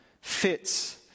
fits